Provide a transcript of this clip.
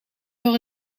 door